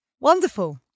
wonderful